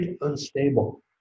unstable